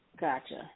Gotcha